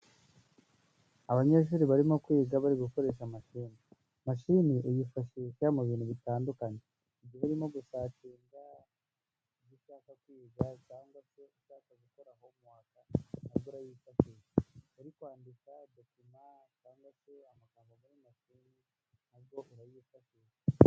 Abanyeshuri barimo kwiga bari gukoresha mashine, mashine uyifashisha mu bintu bitandukanye, igihe urimo gusacinga ibyo ushaka kwiga cyangwa se ushaka gukora homuwake na bwo urayifashisha, uri kwandika dokima cyangwa se amagambo muri mashine na bwo urayifashisha.